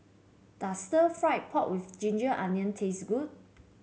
does Stir Fried Pork with ginger onion taste good